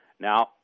Now